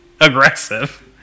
aggressive